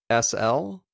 SL